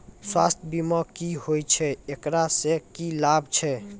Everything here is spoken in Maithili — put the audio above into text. स्वास्थ्य बीमा की होय छै, एकरा से की लाभ छै?